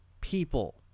people